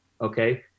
Okay